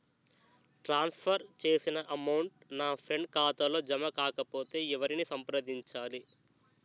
ట్రాన్స్ for చేసిన amount నా friend ఖాతాలో జమ కాకపొతే ఎవరిని సంప్రదించాలి?